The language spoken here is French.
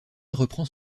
reprend